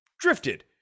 drifted